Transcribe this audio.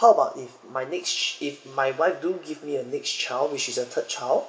how about if my next if my wife do give me a next child which is a third child